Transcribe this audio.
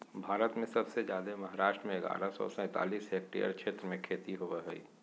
भारत में सबसे जादे महाराष्ट्र में ग्यारह सौ सैंतालीस हेक्टेयर क्षेत्र में खेती होवअ हई